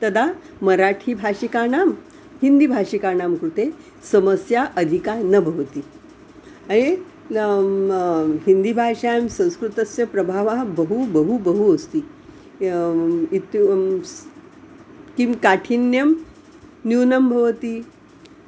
तदा मराठीभाषिकाणां हिन्दीभाषिकाणां कृते समस्या अधिका न भवति अये हिन्दीभाषायां संस्कृतस्य प्रभावः बहु बहु बहु अस्ति इत्यु किं काठिन्यं न्यूनं भवति